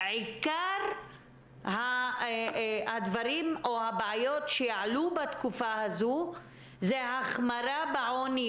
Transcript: הבעיות העיקריות שעלו בתקופה זו הם החמרה בעוני